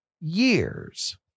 years